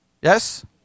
Yes